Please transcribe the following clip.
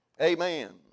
Amen